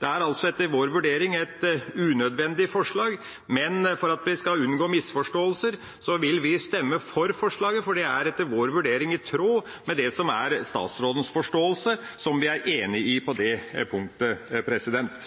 Det er altså etter vår vurdering et unødvendig forslag, men for at vi skal unngå misforståelser, vil vi stemme for forslaget, for det er etter vår vurdering i tråd med det som er statsrådens forståelse, som vi er enig i på det punktet.